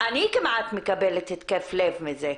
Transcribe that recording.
אני כמעט מקבלת התקף לב מזה.